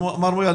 מר מויאל,